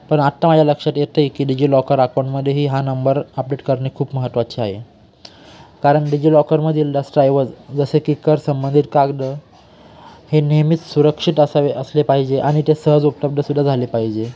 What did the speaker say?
पण आत्ता माझ्या लक्षात येतं आहे की डिजिलॉकर अकाऊंटमध्येही हा नंबर अपडेट करणे खूप महत्त्वाचे आहे कारण डिजिलॉकरमधील दस्तऐवज जसे की कर संबंधित कागद हे नेहमीच सुरक्षित असावे असले पाहिजे आणि ते सहज उपलब्ध सुद्धा झाले पाहिजे